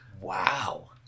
Wow